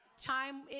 Time